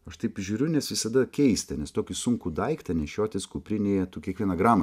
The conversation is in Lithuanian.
aš taip žiūriu nes visada keista nes tokį sunkų daiktą nešiotis kuprinėje tu kiekvieną gramą